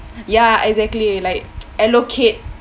ya exactly like allocate